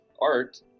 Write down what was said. art